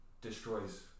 destroys